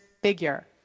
figure